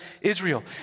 Israel